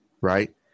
right